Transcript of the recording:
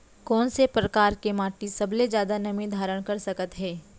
कोन से परकार के माटी सबले जादा नमी धारण कर सकत हे?